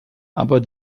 aber